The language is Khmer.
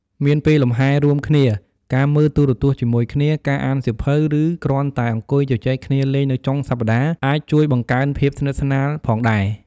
មានពេលលំហែរួមគ្នា ការមើលទូរទស្សន៍ជាមួយគ្នា ការអានសៀវភៅ ឬគ្រាន់តែអង្គុយជជែកគ្នាលេងនៅចុងសប្ដាហ៍ អាចជួយបង្កើនភាពស្និទ្ធស្នាលផងដែរ។